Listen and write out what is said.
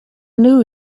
knew